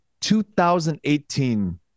2018